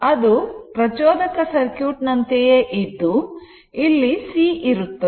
ಅದು ಪ್ರಚೋದಕ ಸರ್ಕ್ಯೂಟ್ ನಂತೆಯೇ ಇದ್ದು ಇಲ್ಲಿ C ಇರುತ್ತದೆ